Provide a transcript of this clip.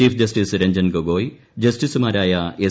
chief justice Ranjan Gogoi ജസ്റ്റിസുമാരായ S